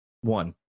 one